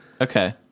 Okay